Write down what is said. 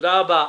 תודה רבה.